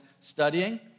studying